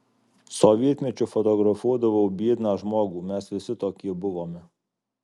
sovietmečiu fotografuodavau biedną žmogų mes visi tokie buvome